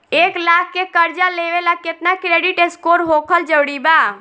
एक लाख के कर्जा लेवेला केतना क्रेडिट स्कोर होखल् जरूरी बा?